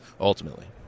ultimately